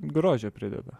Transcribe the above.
grožio prideda